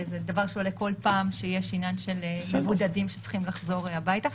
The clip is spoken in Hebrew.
זה דבר שעולה כל פעם כשיש עניין של מבודדים שצריכים לחזור הביתה.